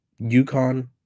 UConn